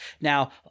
Now